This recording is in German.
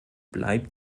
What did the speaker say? bleibt